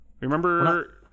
Remember